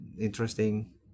interesting